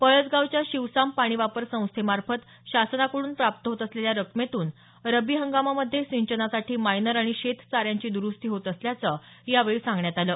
पळसगावच्या शिवसांब पाणी वापर संस्थेमार्फत शासनाकडून प्राप्त होत असलेल्या रकमेतून रब्बी हंगामामध्ये सिंचनासाठी मायनर आणि शेतचाऱ्यांची दरुस्ती होत असल्याचं यावेळी सांगण्यात आलं